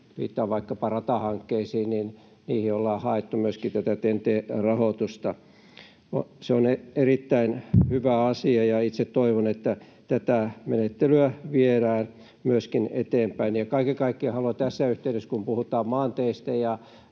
viittaan vaikkapa ratahankkeisiin — ollaan haettu myöskin tätä TEN-T-rahoitusta. Se on erittäin hyvä asia, ja toivon, että tätä menettelyä viedään eteenpäin. Kaiken kaikkiaan haluan tässä yhteydessä, kun puhutaan maanteistä ja